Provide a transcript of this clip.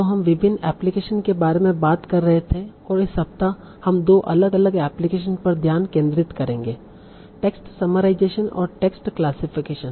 तों हम विभिन्न एप्लीकेशन के बारे में बात कर रहे थे और इस सप्ताह हम दो अलग अलग एप्लीकेशन पर ध्यान केंद्रित करेंगे टेक्स्ट समराइजेशेन और टेक्स्ट क्लासिफिकेशन